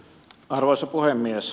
arvoisa puhemies